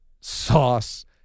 sauce